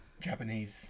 Japanese